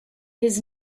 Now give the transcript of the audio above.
his